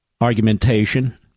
argumentation